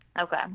Okay